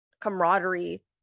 camaraderie